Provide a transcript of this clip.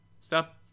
Stop